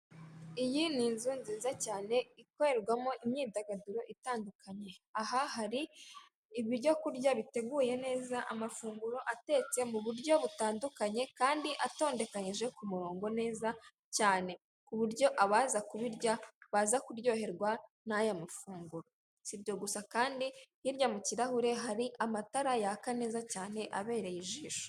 Iyi ni inzu nziza cyane ikorerwamo imyidagaduro itandukanye. Aha hari ibyo kurya biteguye neza, amafunguro atetse mu buryo butandukanye, kandi atondekanyije ku murongo neza cyane. Ku buryo abaza kubirya baza kuryoherwa n'aya mafunguro, si ibyo gusa kandi hirya mu kirahure hari amatara yaka neza cyane abereye ijisho.